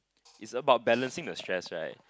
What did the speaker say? it's about balancing the stress right